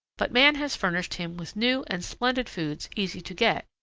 but man has furnished him with new and splendid foods easy to get,